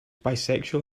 bisexual